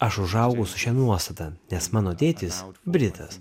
aš užaugau su šia nuostata nes mano tėtis britas